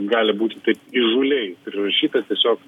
gali būti taip įžūliai prirašyta tiesiog